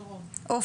בבקשה.